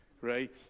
right